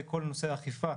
בכל נושא האכיפה,